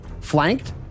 flanked